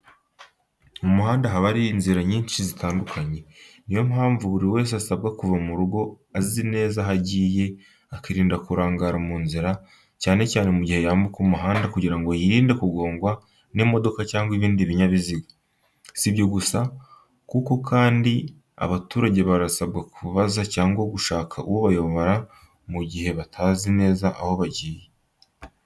Mu muhanda haba hari inzira nyinshi zitandukanye. Ni yo mpamvu buri wese asabwa kuva mu rugo azi neza aho agiye, akirinda kurangara mu nzira, cyane cyane mu gihe yambuka umuhanda kugira ngo yirinde kugongwa n’imodoka cyangwa ibindi binyabiziga. Si ibyo gusa, kuko kandi abaturage basabwa kubaza cyangwa gushaka ubayobora mu gihe batazi neza aho bagiye.